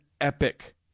epic